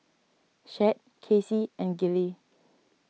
Chet Kacie and Gillie